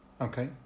Okay